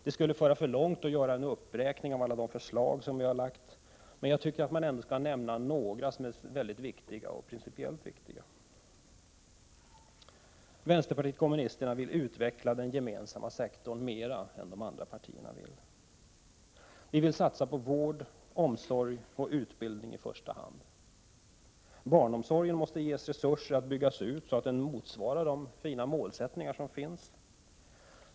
Det skulle föra för långt att göra en uppräkning av alla de förslag som vi har lagt fram, men några kan nämnas som är principiellt viktiga. Vpk vill utveckla den gemensamma sektorn mer än vad de andra partierna vill. Vi vill satsa på vård, omsorg och utbildning i första hand. Barnomsorgen måste ges resurser att byggas ut, så att den motsvarar de fina målsättningarna.